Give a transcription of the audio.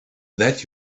that